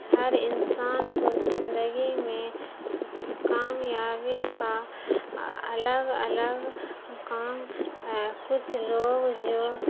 ہر انسان کو زندگی میں کامیابی کا الگ الگ کام ہے کچھ لوگ جو